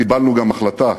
קיבלנו גם החלטה: